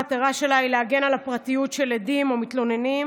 המטרה שלה היא להגן על הפרטיות של עדים או מתלוננים,